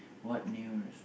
what new res~